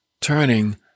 turning